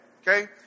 Okay